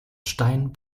stein